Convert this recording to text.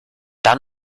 dann